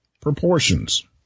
proportions